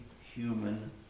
human